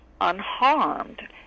unharmed